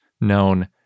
known